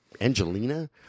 Angelina